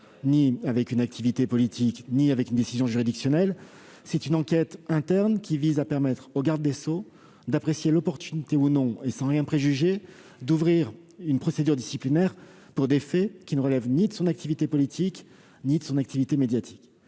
ni avec une activité politique ni avec une décision juridictionnelle. Il s'agit d'une enquête interne visant à permettre au garde des sceaux d'apprécier l'opportunité, sans rien préjuger de la suite, d'ouvrir une procédure disciplinaire pour des faits qui ne relèvent, je le répète, ni de son activité politique ni de son activité médiatique.